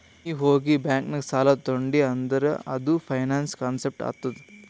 ನೀ ಹೋಗಿ ಬ್ಯಾಂಕ್ ನಾಗ್ ಸಾಲ ತೊಂಡಿ ಅಂದುರ್ ಅದು ಫೈನಾನ್ಸ್ ಕಾನ್ಸೆಪ್ಟ್ ಆತ್ತುದ್